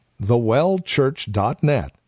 thewellchurch.net